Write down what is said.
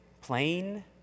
plain